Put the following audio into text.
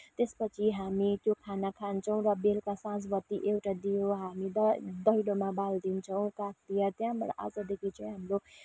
त्यसपछि हामी त्यो खाना खान्छौँ र बेलुका साँझबत्ती एउटा दियो हामी द दैलोमा बालिदिन्छौँ काग तिहार त्यहाँबाट आजदेखि चाहिँ हाम्रो